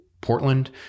Portland